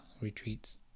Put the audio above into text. retreats